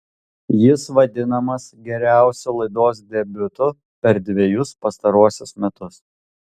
jis vadinamas geriausiu laidos debiutu per dvejus pastaruosius metus